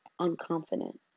unconfident